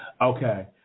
Okay